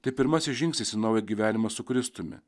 tai pirmasis žingsnis į naują gyvenimą su kristumi